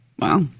Wow